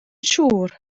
siŵr